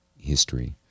history